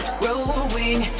growing